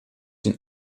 den